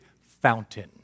fountain